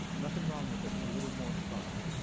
nothing wrong with it, a little more fun.